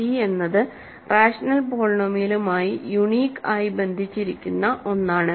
C എന്നത് rational പോളിനോമിയലുമായി unique ആയി ബന്ധിപ്പിച്ചിരിക്കുന്ന ഒന്നാണ്